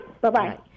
Bye-bye